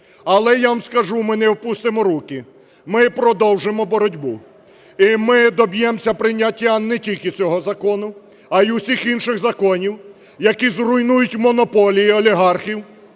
Але я вам скажу, ми не опустимо руки, ми продовжимо боротьбу, і ми доб'ємося прийняття не тільки цього закону, а й усіх інших законів, які зруйнують монополію олігархів,